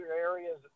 areas